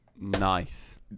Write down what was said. Nice